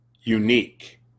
unique